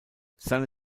seine